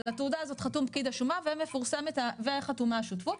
על התעודה הזאת חתום פקיד השומה וחתומה השותפות,